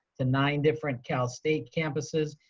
to nine different cal-state campuses.